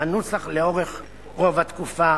הנוסח לאורך רוב התקופה,